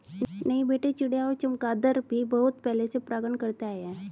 नहीं बेटे चिड़िया और चमगादर भी बहुत पहले से परागण करते आए हैं